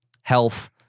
health